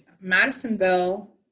Madisonville